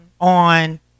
on